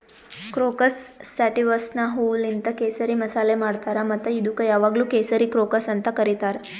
crocus ಸ್ಯಾಟಿವಸ್ನ ಹೂವೂಲಿಂತ್ ಕೇಸರಿ ಮಸಾಲೆ ಮಾಡ್ತಾರ್ ಮತ್ತ ಇದುಕ್ ಯಾವಾಗ್ಲೂ ಕೇಸರಿ ಕ್ರೋಕಸ್ ಅಂತ್ ಕರಿತಾರ್